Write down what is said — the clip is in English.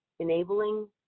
enabling